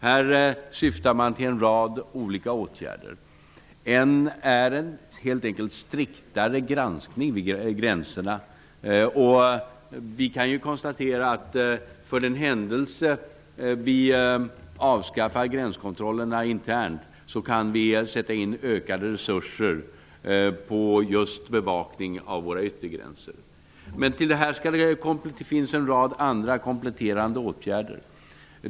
Här syftar man till en rad olika åtgärder. En åtgärd är helt enkelt en striktare granskning vid gränserna. För den händelse vi avskaffar gränskontrollerna internt kan vi sätta in ökade resurser på just bevakning av våra yttergränser. Men det finns en rad andra kompletterande åtgärder.